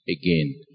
again